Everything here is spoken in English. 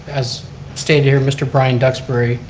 as stated here, mr. brian duxbury,